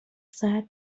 ساعت